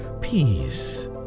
Peace